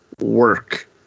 work